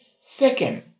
Second